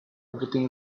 everything